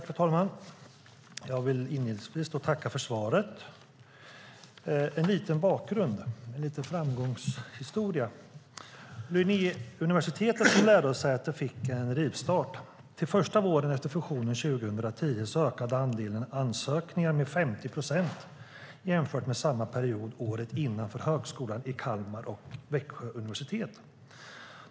Fru talman! Jag vill inledningsvis tacka för svaret. Jag ska ge en bakgrund som är en liten framgångshistoria. Linnéuniversitetet fick som lärosäte en rivstart. Till första våren efter fusionen 2010 ökade antalet ansökningar med 50 procent jämfört med samma period året innan för Högskolan i Kalmar och Växjö universitet.